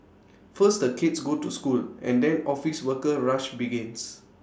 first the kids go to school and then office worker rush begins